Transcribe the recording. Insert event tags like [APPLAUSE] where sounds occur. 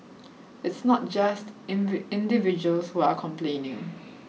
it's not just [UNINTELLIGIBLE] individuals who are complaining